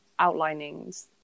outlinings